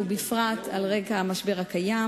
ובפרט על רקע המשבר הקיים,